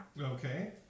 Okay